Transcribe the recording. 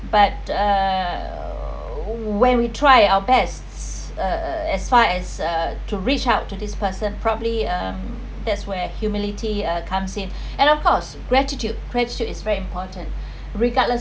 but uh where we try our best err as far as uh to reach out to this person probably um that's where humility uh comes in and of course gratitude gratitude is very important regardless